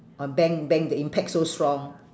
or bang bang the impact so strong